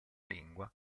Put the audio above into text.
lingua